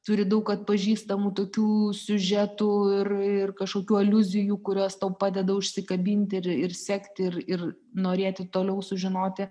turi daug atpažįstamų tokių siužetų ir ir kažkokių aliuzijų kurios tau padeda užsikabint ir ir sekt ir ir norėti toliau sužinoti